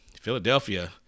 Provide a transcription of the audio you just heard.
Philadelphia